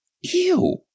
Ew